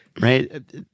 Right